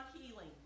healing